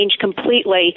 completely